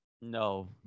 No